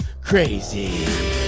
Crazy